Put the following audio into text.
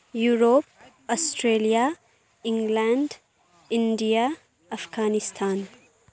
Europe Australia England India Afghanistan